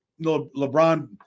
LeBron